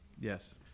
Yes